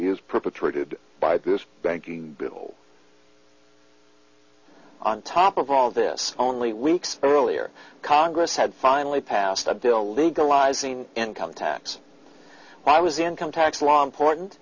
is perpetrated by this banking bill on top of all this only weeks earlier congress had finally passed a bill legalizing income tax why was income tax law